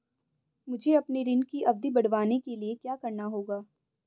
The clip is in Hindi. मुझे अपने ऋण की अवधि बढ़वाने के लिए क्या करना होगा?